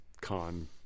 con